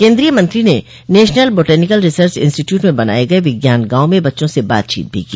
केन्द्रीय मंत्री ने नेशनल बाटैनिकल रिसर्च इंस्टीट्य्ट में बनाये गये विज्ञान गांव में बच्चों से बातचीत भी की